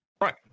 Right